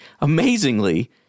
amazingly